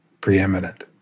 preeminent